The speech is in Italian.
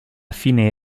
fine